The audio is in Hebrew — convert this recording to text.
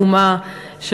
הפרשה העגומה,